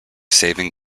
saving